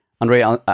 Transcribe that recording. Andre